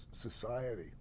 society